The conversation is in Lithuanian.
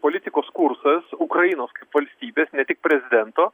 politikos kursas ukrainos kaip valstybės ne tik prezidento